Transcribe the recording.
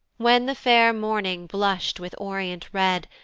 when the fair morning blush'd with orient red,